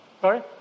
Sorry